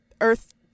earth